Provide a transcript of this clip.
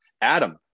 Adam